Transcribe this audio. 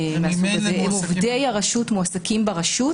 עובדי הרשות מועסקים ברשות